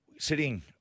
Sitting